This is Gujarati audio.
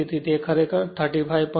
તેથી તે ખરેખર 35